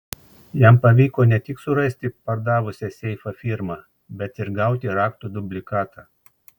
jam pavyko ne tik surasti pardavusią seifą firmą bet ir gauti raktų dublikatą